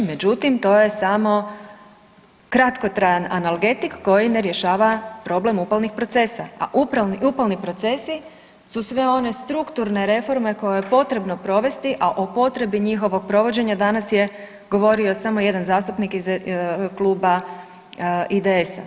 Međutim, to je samo kratkotrajan analgetik koji ne rješava problem upalnih procesa, a upalni procesi su sve one strukturne reforme koje je potrebno provesti, a o potrebi njihovog provođenja danas je govorio samo jedan zastupnik iz kluba IDS-a.